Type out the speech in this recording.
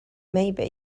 maybe